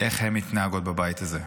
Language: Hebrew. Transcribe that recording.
איך הן מתנהגות בבית הזה.